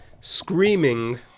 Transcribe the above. screaming